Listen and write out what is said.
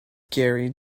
gary